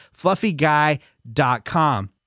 FluffyGuy.com